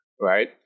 right